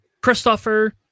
Christopher